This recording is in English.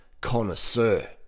connoisseur